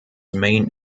main